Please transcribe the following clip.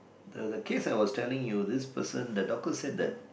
the the case I was telling you this person the doctor said that